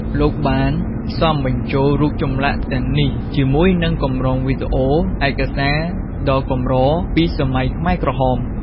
លោកបានផ្សំបញ្ចូលរូបចម្លាក់ទាំងនេះជាមួយនឹង កម្រងវីដេអូ ឯកសារដ៏កម្រពីសម័យខ្មែរក្រហម។